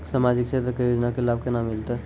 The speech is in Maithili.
समाजिक क्षेत्र के योजना के लाभ केना मिलतै?